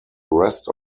rest